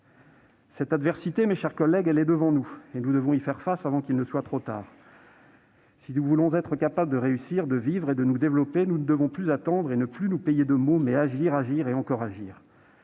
est devant nous, mes chers collègues, et nous devons y faire face avant qu'il ne soit trop tard. Si nous voulons être capables de réussir, de vivre et de nous développer, nous devons ne plus attendre et ne plus nous payer de mots. Il faut agir, agir et encore agir